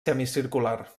semicircular